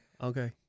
Okay